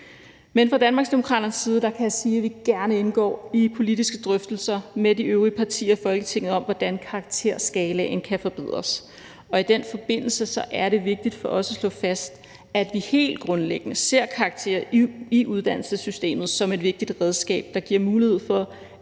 Men fra Danmarksdemokraternes side kan jeg sige, at vi gerne indgår i politiske drøftelser med de øvrige partier i Folketinget om, hvordan karakterskalaen kan forbedres. Og i den forbindelse er det vigtigt for os at slå fast, at vi helt grundlæggende ser karakterer i uddannelsessystemet som et vigtigt redskab, der giver mulighed for, at